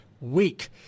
week